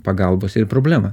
pagalbos ir problema